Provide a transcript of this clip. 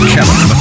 Kevin